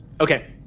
okay